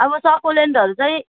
अब सकुलेन्टहरू चाहिँ